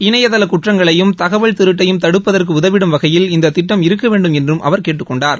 இணையதள குற்றங்களையும் தகவல் திருட்டையும் தடுப்பதற்கு உதவிடும் வகையில் இந்தத் திட்டம் இருக்க வேண்டும் என்றும் அவர் கேட்டுக் கொண்டார்